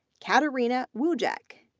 katarina wujek,